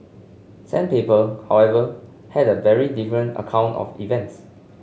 sandpiper however had a very different account of events